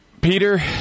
Peter